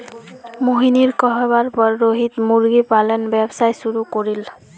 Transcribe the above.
मोहिनीर कहवार पर रोहित मुर्गी पालन व्यवसाय शुरू करील